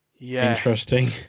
interesting